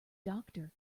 doctor